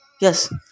yes